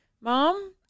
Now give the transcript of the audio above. Mom